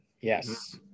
Yes